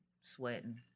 sweating